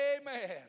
amen